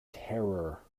terror